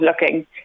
looking